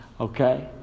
Okay